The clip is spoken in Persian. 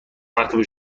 مرتبه